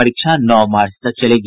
परीक्षा नौ मार्च तक चलेगी